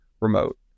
remote